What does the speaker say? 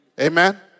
Amen